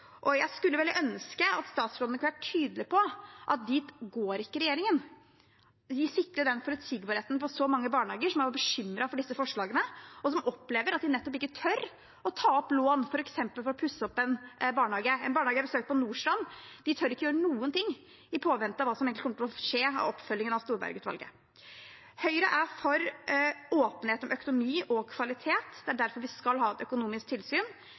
Jeg skulle ønske at statsråden kunne vært tydelig på at dit går ikke regjeringen. Det ville sikre forutsigbarhet for mange barnehager som er bekymret for disse forslagene, og som opplever at de ikke tør å ta opp lån for f.eks. å pusse opp en barnehage. En barnehage jeg besøkte på Nordstrand, tør ikke gjøre noe i påvente av hva som kommer til å skje i forbindelse med oppfølgingen av Storberget-utvalget. Høyre er for åpenhet om økonomi og kvalitet. Det er derfor vi skal ha et økonomisk tilsyn.